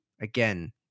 again